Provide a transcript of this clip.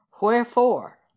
Wherefore